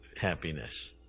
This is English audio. happiness